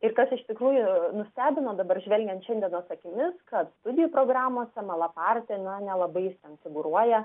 ir kas iš tikrųjų nustebino dabar žvelgiant šiandienos akimis kad studijų programose malapartė na nelabai jis ten figūruoja